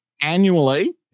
Annually